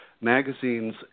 Magazines